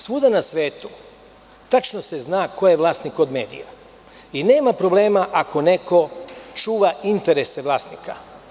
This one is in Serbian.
Svuda na svetu se tačno zna ko je vlasnik kog medija i nema problema ako neko čuva interese vlasnika.